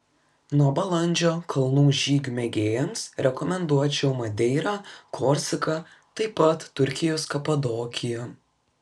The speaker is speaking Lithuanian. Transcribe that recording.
nuo balandžio kalnų žygių mėgėjams rekomenduočiau madeirą korsiką taip pat turkijos kapadokiją